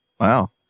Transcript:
Wow